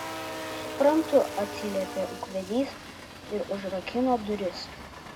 suprantu atsiliepė ūkvedys ir užrakino duris